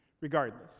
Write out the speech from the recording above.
regardless